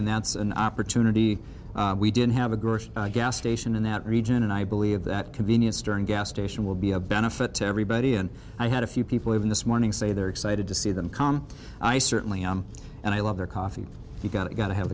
and that's an opportunity we did have a gas station in that region and i believe that convenience store and gas station will be a benefit to everybody and i had a few people even this morning say they're excited to see them come i certainly am and i love their coffee you've got to got to have